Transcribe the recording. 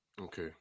okay